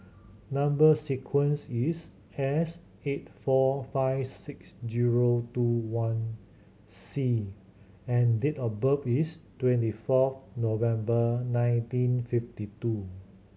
number sequence is S eight four five six zero two one C and date of birth is twenty fourth November nineteen fifty two